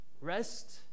Rest